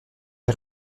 est